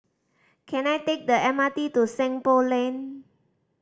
can I take the M R T to Seng Poh Lane